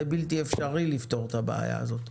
זה בלתי אפשרי לפתור את הבעיה הזאת.